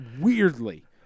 weirdly